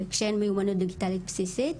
כשאין מיומנות דיגיטלית בסיסית.